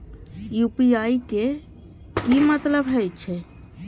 UPI के की मतलब हे छे?